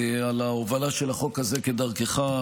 על הובלת החוק הזה כדרכך,